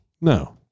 No